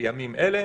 בימים אלה.